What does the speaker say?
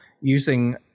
using